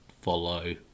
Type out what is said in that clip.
follow